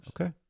Okay